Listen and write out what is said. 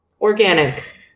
Organic